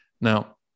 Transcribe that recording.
Now